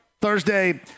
Thursday